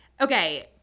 okay